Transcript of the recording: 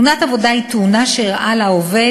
תאונת עבודה היא תאונה שאירעה לעובד